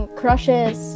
crushes